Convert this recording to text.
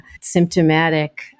symptomatic